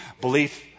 belief